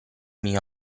mio